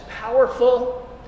powerful